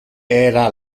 era